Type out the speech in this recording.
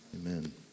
amen